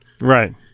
Right